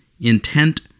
intent